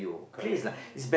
correct